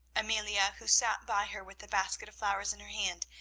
amelia, who sat by her with the basket of flowers in her hand,